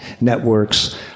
networks